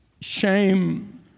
shame